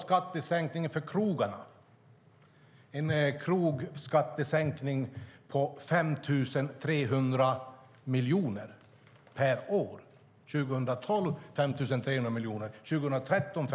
Regeringen har genomfört en krogskattesänkning på 5 300 miljoner per år, 2012 och 2013.